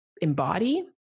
embody